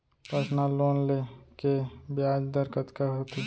Personal loan ले के ब्याज दर कतका होथे?